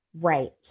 Right